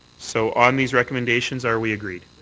so on these recommendations, are we agreed?